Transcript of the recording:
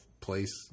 place